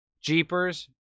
Jeepers